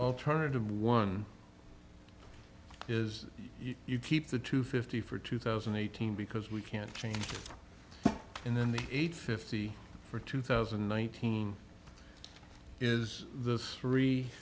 alternative one is you keep the two fifty for two thousand and eighteen because we can't change and then the eight fifty for two thousand and nineteen is th